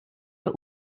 bei